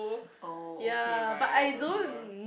oh okay right don't remember